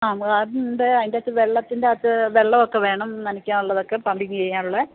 ആ ഗാർഡിയൻ ഉണ്ട് അതിൻ്റെ അകത്ത് വെള്ളത്തിൻ്റെ അകത്ത് വെള്ളമൊക്കെ വേണം നനയ്ക്കാൻ ഉള്ളതൊക്കെ പമ്പിങ് ചെയ്യാനുള്ളത്